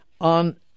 on